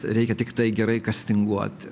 reikia tiktai gerai kastinguoti